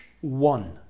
one